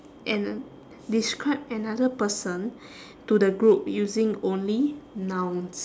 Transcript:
and describe another person to the group using only nouns